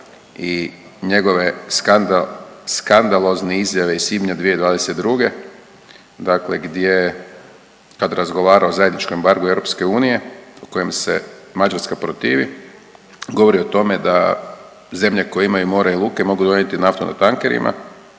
i njegove skandalozne izjave iz svibnja 2022. dakle gdje kad razgovara o zajedničkom embargu EU u kojem se Mađarska protivi, govori o tome da zemlje koje imaju mora i luke mogu donijeti naftu na tankerima,